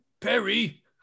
Perry